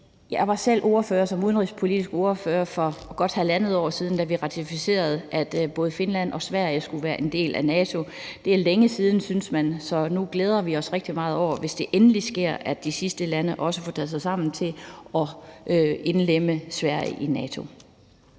Jeg var selv udenrigspolitisk ordfører for godt halvandet år siden, da vi ratificerede, at både Finland og Sverige skulle være en del af NATO. Det er længe siden, synes man, så nu glæder vi os rigtig meget over, hvis det endelig sker, at de sidste lande også får taget sig sammen til at indlemme Sverige i NATO.